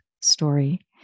story